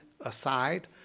aside